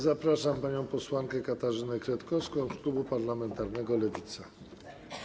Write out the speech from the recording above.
Zapraszam panią posłankę Katarzynę Kretkowską z klubu parlamentarnego Lewica.